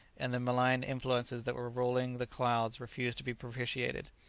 and the malign influences that were ruling the clouds refused to be propitiated.